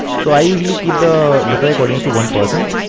so i usually keep the lookalike audience to one. but and